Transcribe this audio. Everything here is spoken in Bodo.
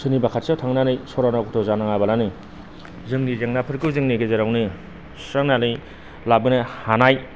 सोरनिबा खाथियाव थांनानै सरा दावथ' जानाङाबालानो जोंनि जेंनाफोरखौ जोंनि गेजेरावनो सुस्रांनानै लाबोनो हानाय